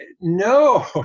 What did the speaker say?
No